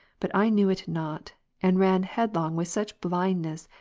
but i knew it not and ran headlong with such blindness,